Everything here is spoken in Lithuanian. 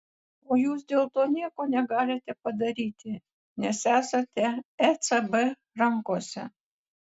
o jūs dėl to nieko negalite padaryti nes esate ecb rankose